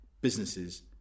businesses